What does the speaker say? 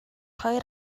хоёр